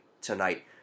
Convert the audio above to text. tonight